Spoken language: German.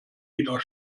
wieder